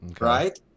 right